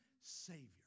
Savior